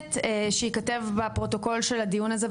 מבקשת שייכתב בפרוטוקול של הדיון הזה,